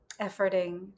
efforting